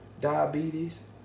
diabetes